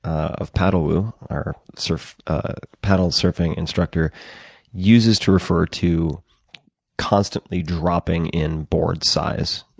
of paddlewoo our sort of ah paddle surfing instructor uses to refer to constantly dropping in board size,